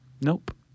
Nope